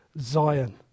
Zion